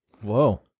Whoa